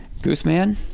Gooseman